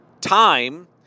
time